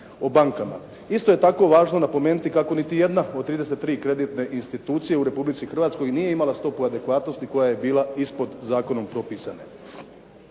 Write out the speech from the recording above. o bankama. Isto je tako važno napomenuti kako niti jedna od 33 kreditne institucije u Republici Hrvatskoj nije imala stopu adekvatnosti koja je bila ispod zakonom propisane.